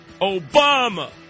Obama